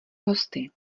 hosty